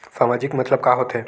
सामाजिक मतलब का होथे?